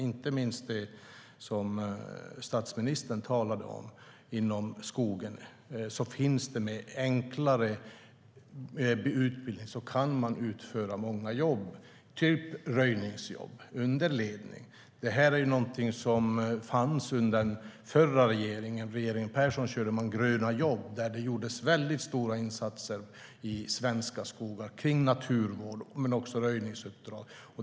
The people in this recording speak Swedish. Inte minst inom den näring som statsministern talade om, skogen, kan man med enklare utbildning utföra många jobb, typ röjningsjobb, under ledning. Under regeringen Persson gjordes väldigt stora insatser för gröna jobb i svenska skogar, som naturvård men också röjningsuppdrag.